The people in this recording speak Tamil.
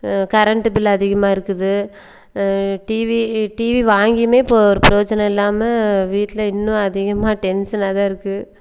கரண்ட்டு பில்லு அதிகமாக இருக்குது டிவி டிவி வாங்கியும் இப்போது ஒரு ப்ரோயோஜனம் இல்லாமல் வீட்டில் இன்னும் அதிகமாக டென்ஷன்னாக தான் இருக்குது